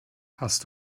hast